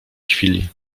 chwili